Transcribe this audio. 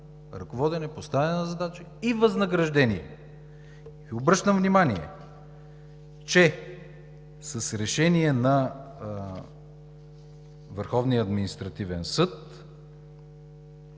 ръководене, поставяне на задачи и възнаграждение. Обръщам внимание, че с решение на